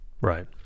right